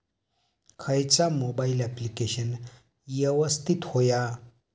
खयचा mobile application यवस्तित होया?